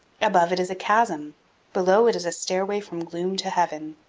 above, it is a chasm below, it is a stairway from gloom to heaven.